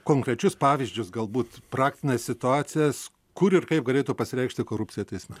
konkrečius pavyzdžius galbūt praktines situacijas kur ir kaip galėtų pasireikšti korupcija teisme